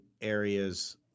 areas